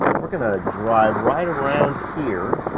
we're gonna drive right around here